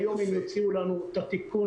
אנחנו עובדים על טיוטות.